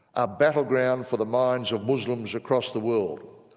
a battleground for the minds of muslims across the world.